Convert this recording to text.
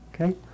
Okay